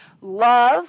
Love